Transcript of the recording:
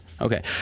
Okay